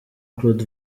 claude